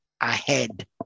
ahead